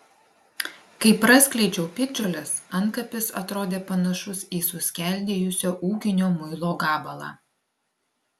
kai praskleidžiau piktžoles antkapis atrodė panašus į suskeldėjusio ūkinio muilo gabalą